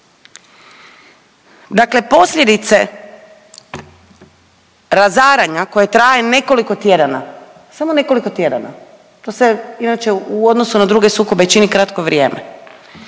Dakle, posljedice razaranja koje traje nekoliko tjedana, samo nekoliko tjedana. To se inače u odnosu na druge sukobe čini kratko vrijeme.